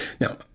now